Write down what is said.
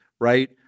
right